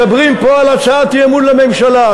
מדברים פה על הצעת אי-אמון בממשלה.